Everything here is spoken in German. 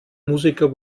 musiker